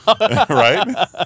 right